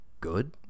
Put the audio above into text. Good